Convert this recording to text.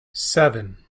seven